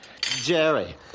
Jerry